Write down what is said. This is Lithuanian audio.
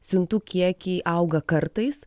siuntų kiekiai auga kartais